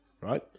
right